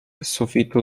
sufitu